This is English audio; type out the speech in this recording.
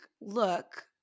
look